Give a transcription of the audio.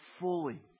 fully